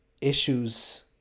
Issues